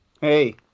Hey